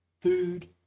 food